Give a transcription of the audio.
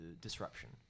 disruption